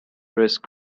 risk